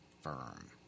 firm